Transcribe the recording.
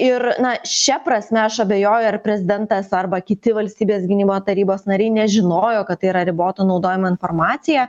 ir na šia prasme aš abejoju ar prezidentas arba kiti valstybės gynimo tarybos nariai nežinojo kad tai yra riboto naudojimo informacija